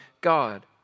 God